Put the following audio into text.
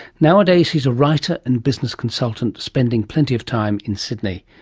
nowadays he's a writer and business consultant spending plenty of time in sydney.